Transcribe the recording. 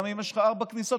גם אם יש לך ארבע כניסות,